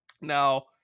Now